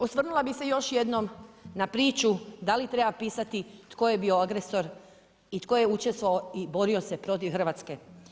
Osvrnula bih se još jednom na priču da li treba pisati tko je bio agresor i tko je učestvovao i borio se protiv Hrvatske.